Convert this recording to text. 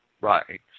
Right